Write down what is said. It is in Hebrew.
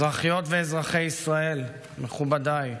אזרחיות ואזרחי ישראל, מכובדיי,